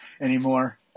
anymore